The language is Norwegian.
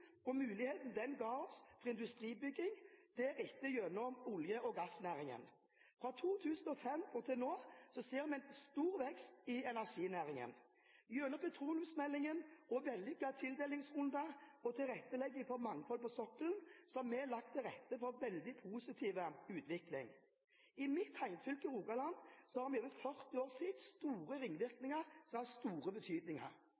og muligheten den ga oss for industribygging, deretter gjennom olje- og gassnæringen. Fra 2005 og til nå har vi sett en stor vekst i energinæringen. Gjennom petroleumsmeldingen, vellykkede tildelingsrunder og tilrettelegging for mangfold på sokkelen har vi lagt til rette for en veldig positiv utvikling. I mitt hjemfylke Rogaland har vi i over 40 år sett store